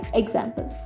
example